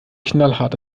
knallhart